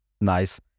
Nice